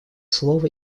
слово